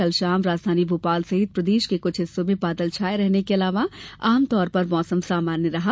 कल शाम राजधानी भोपाल सहित प्रदेश के कुछ हिस्सों में बादल छाये रहने के अलावा आमतौर पर मौसम सामान्य रहा